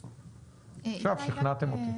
עכשיו שכנעתם אותי.